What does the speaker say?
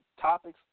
topics